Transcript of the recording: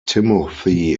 timothy